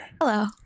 Hello